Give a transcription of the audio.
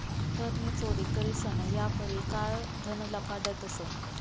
कर नी चोरी करीसन यापारी काळं धन लपाडतंस